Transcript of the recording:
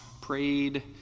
prayed